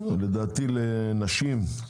לדעתי לנשים,